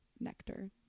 nectar